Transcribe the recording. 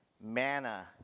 Manna